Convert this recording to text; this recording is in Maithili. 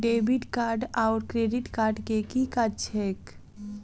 डेबिट कार्ड आओर क्रेडिट कार्ड केँ की काज छैक?